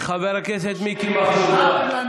חבר הכנסת מיקי מכלוף זוהר, איננו.